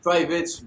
Private